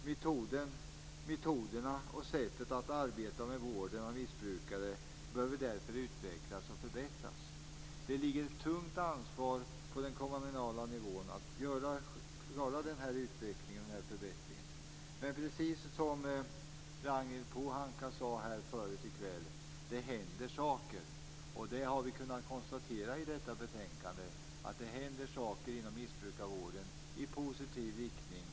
Metoderna för och sättet att arbeta med vården av missbrukare behöver därför utvecklas och förbättras. Det ligger ett tungt ansvar på den kommunala nivån att klara den här utvecklingen och den här förbättringen. Det är precis som Ragnhild Pohanka sade här förut i kväll: Det händer saker. Det har vi kunnat konstatera i detta betänkande. Det händer saker inom missbrukarvården i positiv riktning.